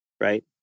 right